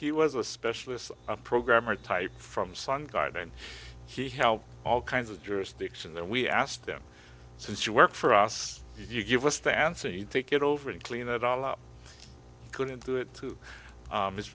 he was a specialist a programmer type from sun guy then he held all kinds of jurisdiction then we asked them since you work for us you give us the answer he'd take it over and clean it all up couldn't do it too